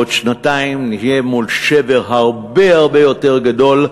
בעוד שנתיים נהיה מול שבר הרבה הרבה יותר גדול,